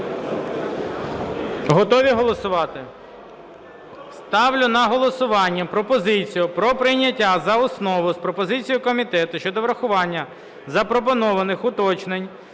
Готові голосувати? Ставлю на голосування пропозицію про прийняття за основу з пропозицією комітету щодо врахування запропонованих уточнень